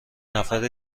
نفر